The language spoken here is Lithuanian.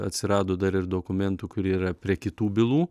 atsirado dar ir dokumentų kurie yra prie kitų bylų